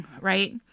right